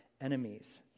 enemies